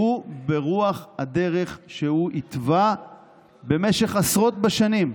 הוא ברוח הדרך שהוא התווה במשך עשרות בשנים.